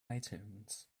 itunes